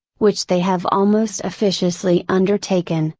which they have almost officiously undertaken,